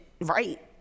right